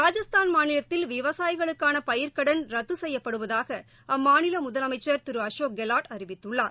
ராஜஸ்தான் மாநிலத்தில் விவசாயிகளுஞ்கான பயிர்கடன் ரத்து செய்யப்படுவதாக அம்மாநில முதலமைச்சர் திரு அசோக் கெலாட் அறிவித்துள்ளார்